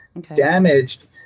Damaged